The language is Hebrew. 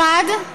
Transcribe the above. מחד,